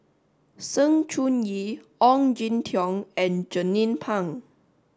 Sng Choon Yee Ong Jin Teong and Jernnine Pang